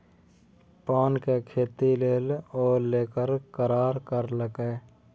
पानक खेती लेल ओ लोनक करार करेलकै